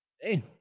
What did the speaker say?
Hey